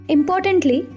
Importantly